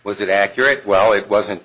was it accurate well it wasn't